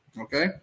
okay